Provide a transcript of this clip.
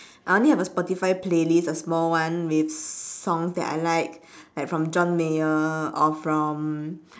I only have a spotify playlist a small one with songs that I like like from john mayer or from